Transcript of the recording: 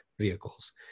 vehicles